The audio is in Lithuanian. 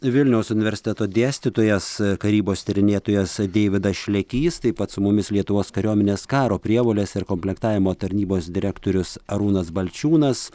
vilniaus universiteto dėstytojas karybos tyrinėtojas deividas šlėkys taip pat su mumis lietuvos kariuomenės karo prievolės ir komplektavimo tarnybos direktorius arūnas balčiūnas